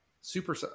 Super